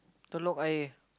Telok Ayer